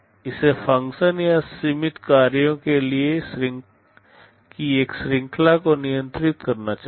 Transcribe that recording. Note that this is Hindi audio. इसे फ़ंक्शन या सीमित कार्यों की एक श्रृंखला को नियंत्रित करना चाहिए